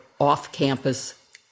off-campus